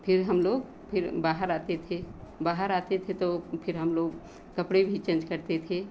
फ़िर हम लोग फ़िर बाहर आते थे बाहर आते थे तो फ़िर हम लोग कपड़े भी चेंज करते थे